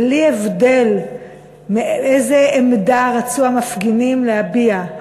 בלי הבדל איזה עמדה רצו המפגינים להביע.